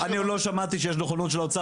אני לא שמעתי שיש נכונות של האוצר